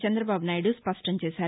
చంద్రబాబు నాయుదు స్పష్టం చేశారు